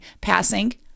passing